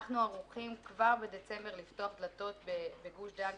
אנחנו ערוכים כבר בדצמבר לפתוח דלתות בגוש דן,